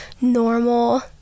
normal